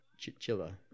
Chichilla